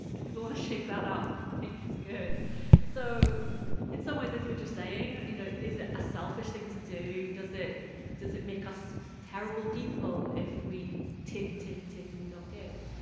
if people want to shake that up, i think it's good so in some ways, i see what you're saying. you know, is it a selfish thing to do? does it does it make us terrible people if we take and take and take, and we don't give?